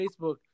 facebook